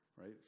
right